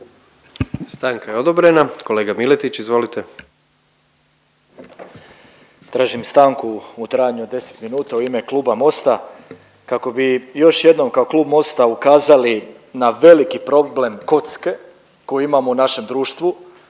Stanka je odobrena. Kolega Miletić, izvolite. **Miletić, Marin (MOST)** Tražim stanku u trajanju od 10 minuta u ime kluba Mosta kako bi još jednom kao klub Mosta ukazali na veliki problem kocke koji imamo u našem društvu.